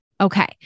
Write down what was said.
Okay